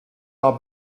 are